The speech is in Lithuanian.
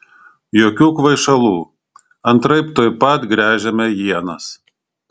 jokių kvaišalų antraip tuoj pat gręžiame ienas